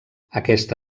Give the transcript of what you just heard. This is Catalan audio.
aquesta